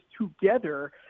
together